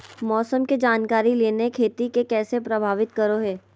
मौसम के जानकारी लेना खेती के कैसे प्रभावित करो है?